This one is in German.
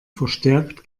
verstärkt